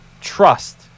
trust